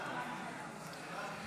לא נתקבלה.